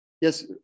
yes